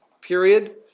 period